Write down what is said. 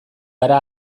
gara